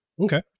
Okay